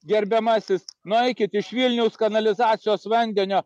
gerbiamasis nueikit iš vilniaus kanalizacijos vandenio